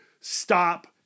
stop